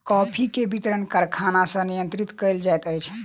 coffee के वितरण कारखाना सॅ नियंत्रित कयल जाइत अछि